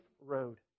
road